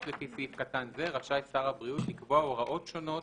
לפי סעיף קטן זה רשאי שר הבריאות לקבוע הוראות שונות